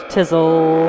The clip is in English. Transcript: Tizzle